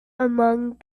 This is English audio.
among